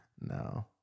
No